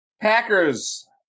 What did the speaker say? Packers